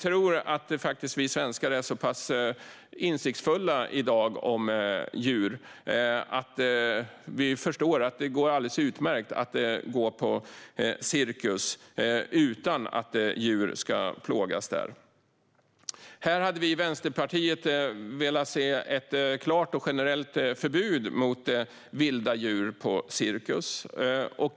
Vi svenskar är nog så pass insiktsfulla i dag att vi förstår att det går alldeles utmärkt att gå på cirkus utan att djur ska plågas där. Här hade vi i Vänsterpartiet velat se ett klart och generellt förbud mot vilda djur på cirkus.